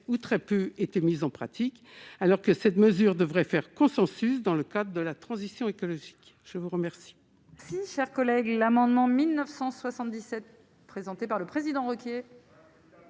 ou très peu étaient mises en pratique, alors que cette mesure devrait faire consensus dans le cas de la transition écologique, je vous remercie.